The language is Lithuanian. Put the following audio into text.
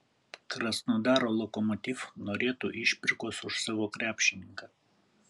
krasnodaro lokomotiv norėtų išpirkos už savo krepšininką